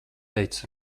teicis